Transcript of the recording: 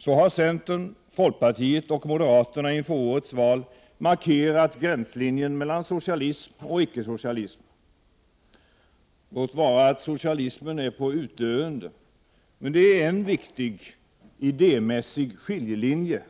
Så har centern, folkpartiet och moderaterna inför årets val markerat gränslinjen mellan socialism och icke-socialism —låt vara att socialismen är på utdöende, men det föreligger en viktig idémässig skiljelinje